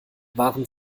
waren